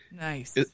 Nice